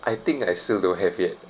I think I still don't have yet